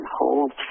hold